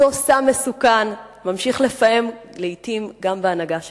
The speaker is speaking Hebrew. אותו סם מסוכן ממשיך לפעם לעתים גם בהנהגה שלנו,